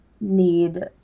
need